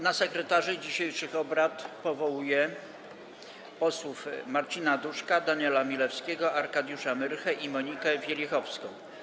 Na sekretarzy dzisiejszych obrad powołuję posłów Marcina Duszka, Daniela Milewskiego, Arkadiusza Myrchę i Monikę Wielichowską.